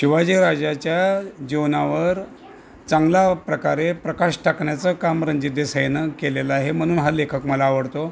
शिवाजीराजाच्या जीवनावर चांगला प्रकारे प्रकाश टाकण्याचं काम रणजित देसायानं केलेलं आहे म्हणून हा लेखक मला आवडतो